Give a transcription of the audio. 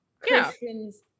Christians